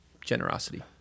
generosity